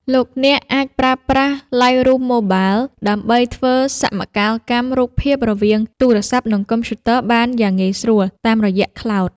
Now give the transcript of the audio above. លោកអ្នកអាចប្រើប្រាស់ ឡៃរូម ម៉ូបាល ដើម្បីធ្វើសមកាលកម្មរូបភាពរវាងទូរស័ព្ទ និងកុំព្យូទ័របានយ៉ាងងាយស្រួលតាមរយៈ ខ្លោដ ។